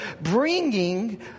bringing